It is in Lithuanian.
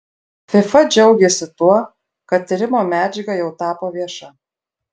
fifa džiaugiasi tuo kad tyrimo medžiaga jau tapo vieša